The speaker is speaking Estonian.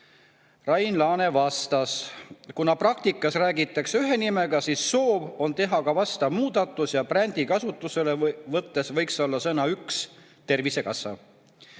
Rain Laane vastas, et kuna praktikas [kasutatakse] üht nime, siis soov on teha vastav muudatus ja brändi kasutusele võttes võiks olla üks sõna: Tervisekassa.